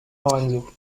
lorenzo